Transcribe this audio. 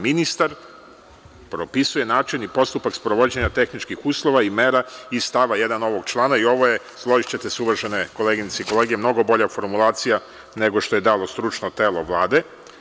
Ministar propisuje način i postupak sprovođenja tehničkih uslova i mera iz stava 1. ovog člana i ovo je, složićete se uvažene koleginice i kolege, mnogo bolja formulacija, nego što je dalo stručno telo Vlade.